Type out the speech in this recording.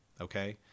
okay